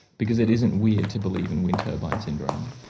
because it isn't weird to believe in wind turbine syndrome.